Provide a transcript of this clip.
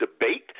debate